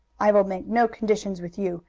i will make no conditions with you.